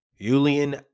Julian